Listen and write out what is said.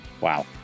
Wow